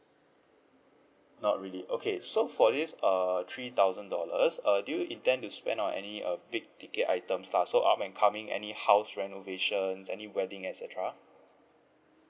not really okay so for this err three thousand dollars err do you intend to spend on any uh big ticket items lah so up and coming any house renovations any wedding et cetera